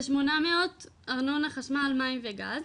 כשמונה מאות ארנונה חשמל מים וגז,